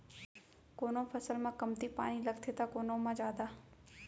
कोनो फसल म कमती पानी लगथे त कोनो म जादा